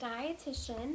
dietitian